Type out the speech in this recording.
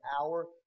hour